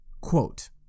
Quote